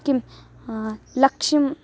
किं लक्ष्यं